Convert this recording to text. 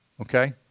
Okay